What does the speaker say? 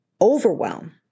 Overwhelm